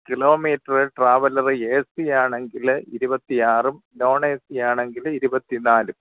kilometre traveller A C ആണെങ്കിൽ ഇരുപത്തി ആറും നോണ് ഏ സി ആണെങ്കിൽ ഇരുപത്തി നാലും